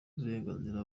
uburenganzira